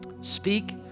Speak